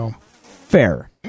Fair